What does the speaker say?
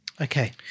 Okay